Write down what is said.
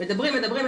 מדברים מדברים,